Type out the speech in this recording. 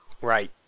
Right